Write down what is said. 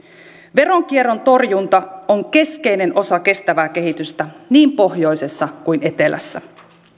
veronkierron torjunta on keskeinen osa kestävää kehitystä niin pohjoisessa kuin etelässä